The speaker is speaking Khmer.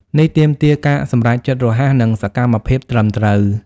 នេះទាមទារការសម្រេចចិត្តរហ័ស និងសកម្មភាពត្រឹមត្រូវ។